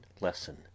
lesson